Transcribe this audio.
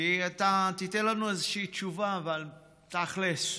כי אתה תיתן לנו איזושהי תשובה, אבל תכל'ס,